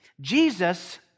Jesus